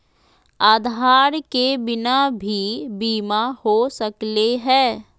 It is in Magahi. आधार के बिना भी बीमा हो सकले है?